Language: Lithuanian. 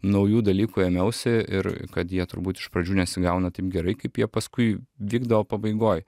naujų dalykų ėmiausi ir kad jie turbūt iš pradžių nesigauna taip gerai kaip jie paskui vykdavo pabaigoj